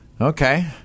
Okay